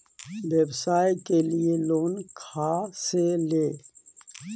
व्यवसाय के लिये लोन खा से ले?